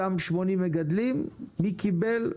אותם 80 מגדלים, מי קיבל,